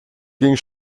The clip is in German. ging